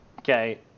Okay